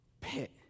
pit